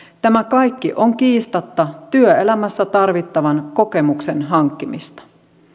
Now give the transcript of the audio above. tämä kaikki on kiistatta työelämässä tarvittavan kokemuksen hankkimista